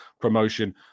promotion